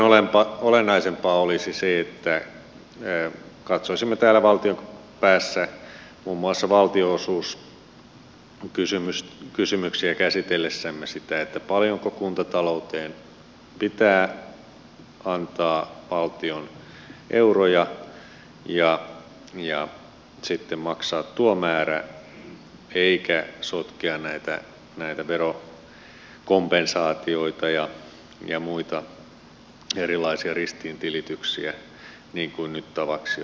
paljon olennaisempaa olisi se että katsoisimme täällä valtion päässä muun muassa valtionosuuskysymyksiä käsitellessämme sitä paljonko kuntatalouteen pitää antaa valtion euroja ja sitten maksaisimme tuon määrän eikä tulisi sotkea näitä verokompensaatioita ja muita erilaisia ristiintilityksiä niin kuin nyt tavaksi on tullut